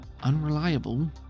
unreliable